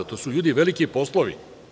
To su, ljudi, veliki poslovi.